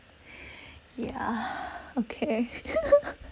ya okay